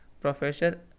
professor